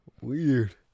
Weird